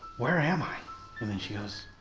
where am i and then she goes?